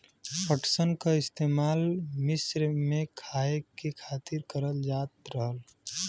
पटसन क इस्तेमाल मिस्र में खाए के खातिर करल जात रहल